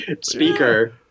speaker